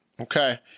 Okay